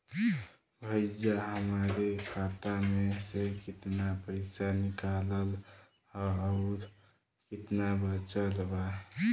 भईया हमरे खाता मे से कितना पइसा निकालल ह अउर कितना बचल बा?